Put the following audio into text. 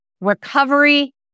recovery